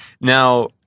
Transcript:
now